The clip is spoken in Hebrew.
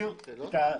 אסביר את הלוגיקה.